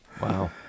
Wow